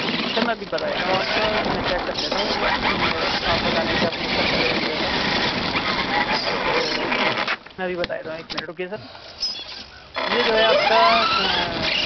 سر میں ابھی بتا دیتا ہوں آپ کا میں چیک کر لیتا ہوں آپ بتا رہے ہیں کہ آپ نے ایک سال پہلے خریدا تھا تو سر میں ابھی بتا دیتا ہوں ایک منٹ رکیے سر یہ جو ہے آپ کا